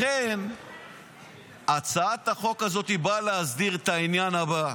לכן הצעת החוק הזאת באה להסדיר את העניין הבא,